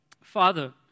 Father